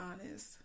honest